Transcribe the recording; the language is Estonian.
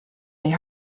nii